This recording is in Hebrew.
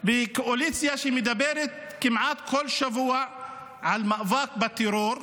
שהקואליציה מדברת כמעט כל שבוע על מאבק בטרור,